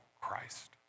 Christ